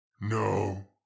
No